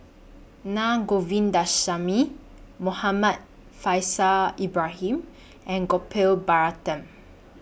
Naa Govindasamy Muhammad Faishal Ibrahim and Gopal Baratham